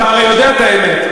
אתה הרי יודע את האמת,